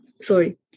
sorry